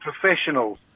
professionals